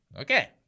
Okay